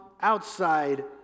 outside